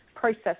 process